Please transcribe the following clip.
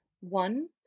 one